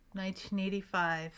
1985